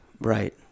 Right